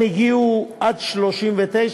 הם הגיעו עד 39,